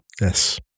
Yes